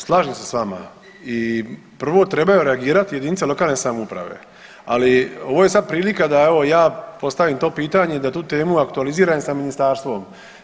Slažem se s vama i prvo trebaju reagirati jedinice lokalne samouprave, ali ovo je sad prilika da evo ja postavim to pitanje i da tu temu aktualiziram i sa ministarstvom.